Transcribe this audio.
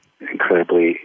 incredibly